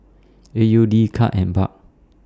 A U D Kyat and Baht